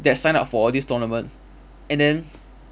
that signed up for this tournament and then